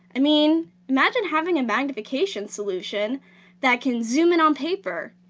i mean, imagine having a magnification solution that can zoom in on paper,